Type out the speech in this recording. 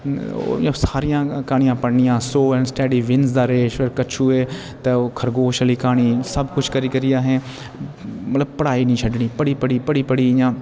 सारियां कहानियां पढ़निया slow and steady wins the race कछुए ते खरगोश आह्ली कहानी सब कुछ करी करी आहे मतलब पढ़ाई नी छड्डनी पढ़ी पढ़ी पढ़ी इ'यां